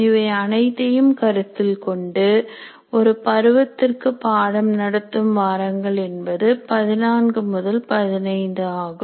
இவை அனைத்தையும் கருத்தில் கொண்டு ஒரு பருவத்திற்கு பாடம் நடத்தும் வாரங்கள் என்பது 14 முதல் 15ஆகும்